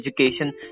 education